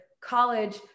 college